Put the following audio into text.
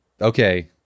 okay